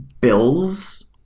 bill's